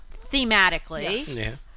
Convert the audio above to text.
thematically